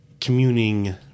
communing